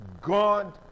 God